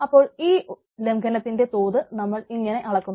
അപ്പോൾ ഈ ലംഘനത്തിന്റെ തോത് നമ്മൾ ഇങ്ങനെ അളക്കുന്നു